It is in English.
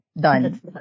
Done